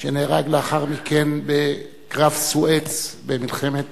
שנהרג לאחר מכן בקרב סואץ במלחמת